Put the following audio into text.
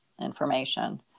information